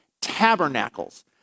Tabernacles